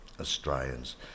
Australians